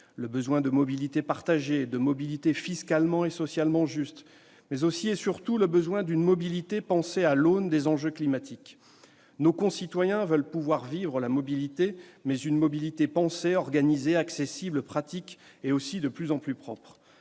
le besoin de mobilité partagée, de mobilité fiscalement et socialement juste, mais aussi et surtout le besoin d'une mobilité pensée à l'aune des enjeux climatiques. Nos concitoyens veulent pouvoir vivre la mobilité, mais une mobilité qui soit pensée, organisée, accessible, pratique et aussi de plus en plus propre.